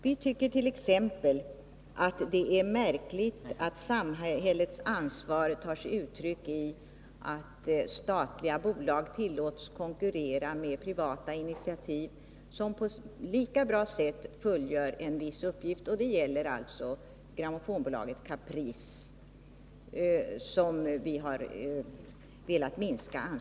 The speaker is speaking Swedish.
Vi tycker t.ex. att det är märkligt att samhällets ansvar tar sig uttryck i att statliga bolag tillåts konkurrera med privata initiativ, som på ett lika bra sätt fullgör en viss uppgift. Det gäller här alltså grammofonbolaget Caprice, vars anslag vi har velat minska.